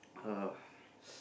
uh